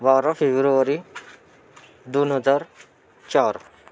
बारा फेब्रुवारी दोन हजार चार